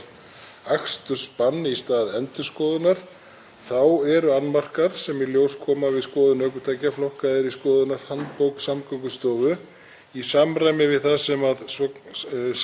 í samræmi við það sem samevrópskar reglur kveða á um. Annmarkar eru þar flokkaðir í minni háttar annmarka, meiri háttar annmarka og alvarlega eða hættulega annmarka.